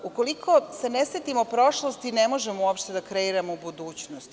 Ukoliko se ne setimo prošlosti ne možemo uopšte da kreiramo budućnost.